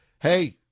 hey